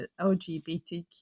lgbtq